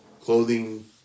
clothing